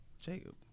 Jacob